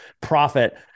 profit